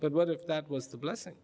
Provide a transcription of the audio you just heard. but what if that was the blessing